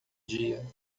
dia